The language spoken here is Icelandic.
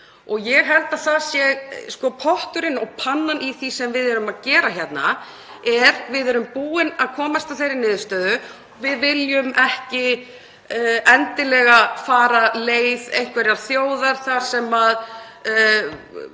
Ég held að potturinn og pannan í því sem við erum að gera hérna sé að við erum búin að komast að þeirri niðurstöðu að vilja ekki endilega fara leið einhverrar þjóðar þar sem